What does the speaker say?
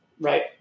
Right